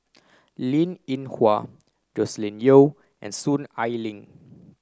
Linn In Hua Joscelin Yeo and Soon Ai Ling